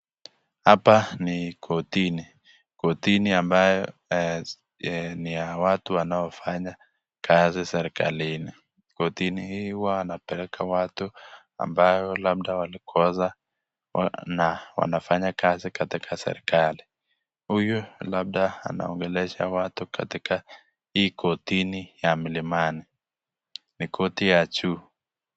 Hapa ni kortini, kortini ambayo ni ya watu wanaofanya kazi serikalini, kortini hii huwa wanapeleka watu ambao labda walikosa na wanafanya kazi katika serikali. Huyu labda anaongelesha watu katika hii kortini ya Milimani, ni korti ya juu.